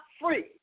free